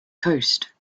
coast